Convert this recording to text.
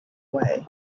way